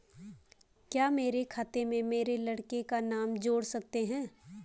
क्या मेरे खाते में मेरे लड़के का नाम जोड़ सकते हैं?